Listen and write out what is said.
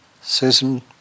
Susan